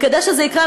וכדי שזה יקרה,